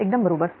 एकदम बरोबर